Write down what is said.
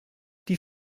die